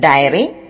Diary